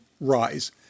rise